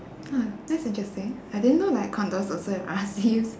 oh that's interesting I didn't know like condos also have R_Cs